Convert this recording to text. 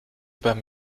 beim